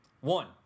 One